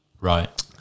Right